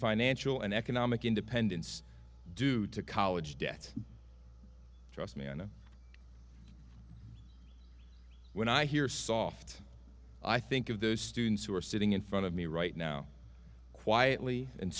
financial and economic independence due to college debt trust me ana when i hear soft i think of those students who are sitting in front of me right now quietly and